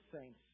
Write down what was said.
saints